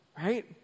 right